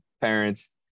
parents